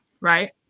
right